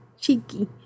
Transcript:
cheeky